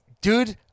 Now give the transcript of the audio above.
Dude